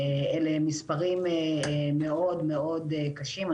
אלה הם מספרים מאוד מאוד קשים.